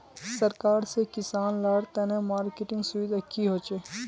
सरकार से किसान लार तने मार्केटिंग सुविधा की होचे?